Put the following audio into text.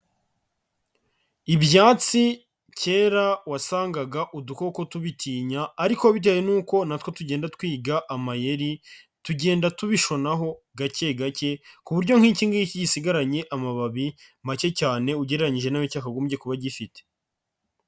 Ibyatsi kera wasangaga udukoko tubitinya ariko bitewe n'uko natwo tugenda twiga amayeri, tugenda tubishonaho gake gake ku buryo nk'ikingiki gisigaranye amababi make cyane ugereranje n'ayo cyakagombye kuba gifite.